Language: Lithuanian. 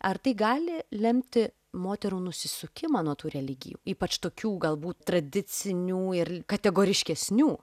ar tai gali lemti moterų nusisukimą nuo tų religijų ypač tokių galbūt tradicinių ir kategoriškesnių